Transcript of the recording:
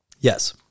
Yes